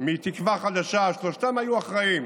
מתקווה חדשה, שלושתם היו אחראים